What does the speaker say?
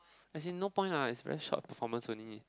as in no point lah it's very short performance only